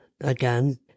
again